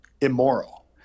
immoral